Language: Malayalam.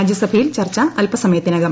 രാജ്യസഭയിൽ ചർച്ച് അൽപ്പസമയത്തിനകം